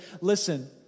Listen